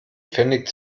pfennig